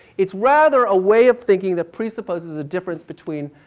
it's rather a way of thinking that presupposes a difference between